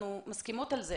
אנחנו מסכימות על זה.